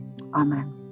Amen